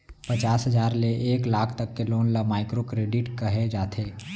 पचास हजार ले एक लाख तक लोन ल माइक्रो करेडिट कहे जाथे